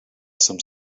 some